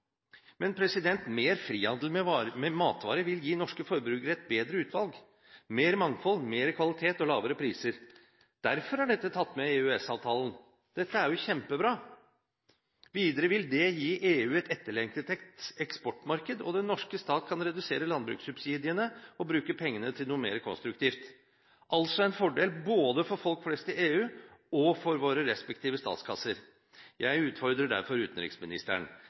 Mer frihandel med matvarer vil gi norske forbrukere et bedre utvalg – mer mangfold, mer kvalitet og lavere priser. Derfor er dette tatt med i EØS-avtalen. Dette er jo kjempebra. Videre vil det gi EU et etterlengtet eksportmarked, og den norske stat kan redusere landbrukssubsidiene og bruke pengene til noe mer konstruktivt – altså en fordel både for folk flest i EU, og for våre respektive statskasser. Jeg utfordrer derfor utenriksministeren: